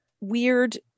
weird